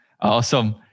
Awesome